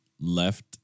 left